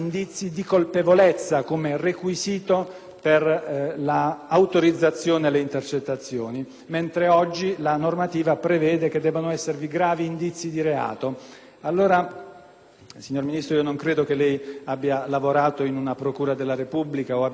per l'autorizzazione alle intercettazioni, mentre oggi la normativa prevede che debbano esservi gravi indizi di reato. Signor Ministro, non credo che lei abbia lavorato in una procura della Repubblica o abbia mai fatto l'avvocato penalista; mi sfugge, però potrei sbagliarmi.